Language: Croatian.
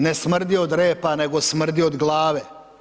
Ne smrdi od repa, nego smrdi od glave.